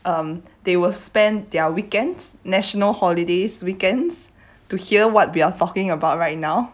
um they will spend their weekends national holidays weekends to hear what we are talking about right now